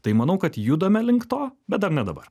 tai manau kad judame link to bet dar ne dabar